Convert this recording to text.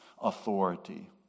authority